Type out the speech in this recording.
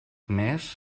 més